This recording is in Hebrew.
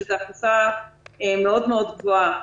שזו הכנסה מאוד-מאוד גבוהה.